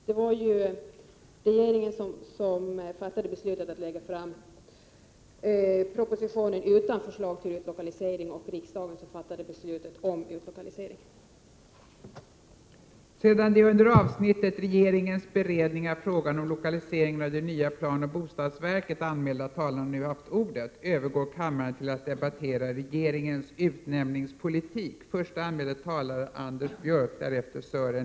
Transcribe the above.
Det var ju regeringen som fattade beslutet om att lägga fram propositionen utan förslag om utlokalisering och riksdagen som fattade beslutet om utlokaliseringen.